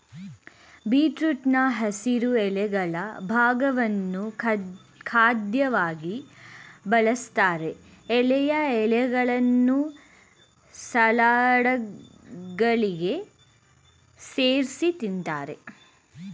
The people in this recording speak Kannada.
ಬೀಟ್ರೂಟ್ನ ಹಸಿರು ಎಲೆಗಳ ಭಾಗವನ್ನು ಖಾದ್ಯವಾಗಿ ಬಳಸ್ತಾರೆ ಎಳೆಯ ಎಲೆಗಳನ್ನು ಸಲಾಡ್ಗಳಿಗೆ ಸೇರ್ಸಿ ತಿಂತಾರೆ